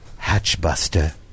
Hatchbuster